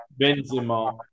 Benzema